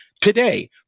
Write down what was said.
today